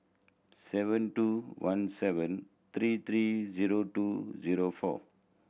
seven two one seven three three zero two zero four